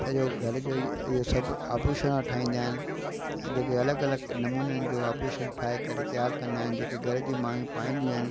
सॼो घर जो इहो सभु आभूषणु ठाहींदा आहिनि ऐं जेके अलॻि अलॻि नमूननि जो आभूषण ठाहे करे तियारु कंदा आहिनि जेके घर जी मायूं पाईंदियूं आहिनि